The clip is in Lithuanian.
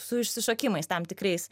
su išsišokimais tam tikrais